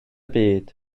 byd